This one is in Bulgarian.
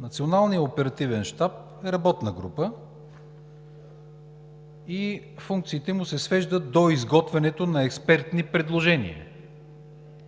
Националният оперативен щаб е работна група и функциите му се свеждат до изготвянето на експертни предложения